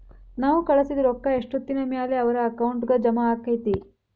ನಾವು ಕಳಿಸಿದ್ ರೊಕ್ಕ ಎಷ್ಟೋತ್ತಿನ ಮ್ಯಾಲೆ ಅವರ ಅಕೌಂಟಗ್ ಜಮಾ ಆಕ್ಕೈತ್ರಿ?